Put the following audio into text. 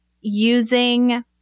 using